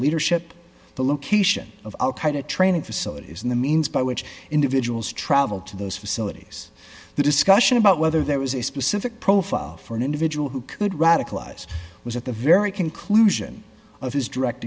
leadership the location of al qaeda training facilities and the means by which individuals traveled to those facilities the discussion about whether there was a specific profile for an individual who could radicalize was at the very conclusion of his direct